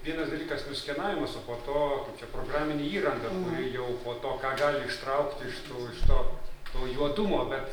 vienas dalykas nuskenavimas o po to kaip čia programinė įranga kuri jau po to ką gali ištraukti iš tų iš to to juodumo bet